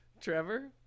Trevor